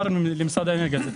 למשרד האנרגיה.